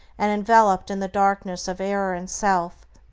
and enveloped in the darkness of error and self,